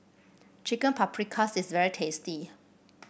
Chicken Paprikas is very tasty